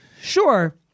sure